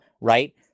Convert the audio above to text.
right